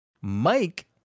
Mike